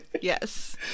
Yes